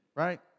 right